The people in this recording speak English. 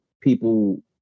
people